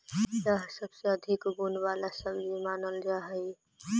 यह सबसे अधिक गुण वाला सब्जी मानल जा हई